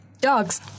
dogs